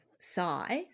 size